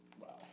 Wow